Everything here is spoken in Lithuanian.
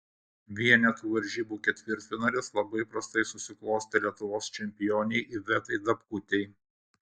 vienetų varžybų ketvirtfinalis labai prastai susiklostė lietuvos čempionei ivetai dapkutei